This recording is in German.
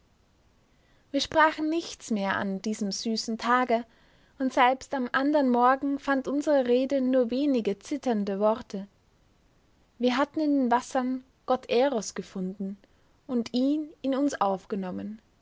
wir sprachen nichts mehr an diesem süßen tage und selbst am andern morgen fand unsere rede nur wenige zitternde worte wir hatten in den wassern gott eros gefunden und ihn in uns aufgenommen